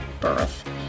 birth